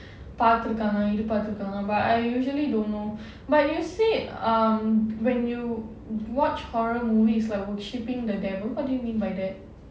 பாத்திருக்காங்க இத பாத்திருக்காங்க:paathirukaanga idha paathirukaanga but I usually don't know but you said um when you watch horror movies like worshipping the devil what do you mean by that